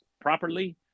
properly